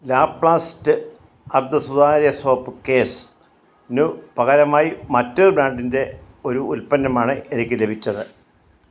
Laplast അർദ്ധസുതാര്യ soap കേയ്സിനു പകരമായി മറ്റൊരു ബ്രാൻഡിന്റെ ഒരു ഉൽപ്പന്നമാണ് എനിക്ക് ലഭിച്ചത്